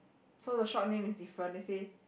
so the shop name is different let's say